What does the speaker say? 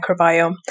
microbiome